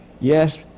Yes